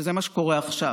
שזה מה שקורה עכשיו,